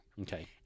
Okay